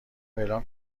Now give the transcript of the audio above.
اعلام